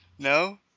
No